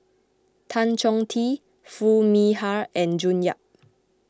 Tan Chong Tee Foo Mee Har and June Yap